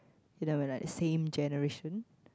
they were like same generation